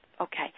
okay